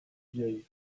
vieille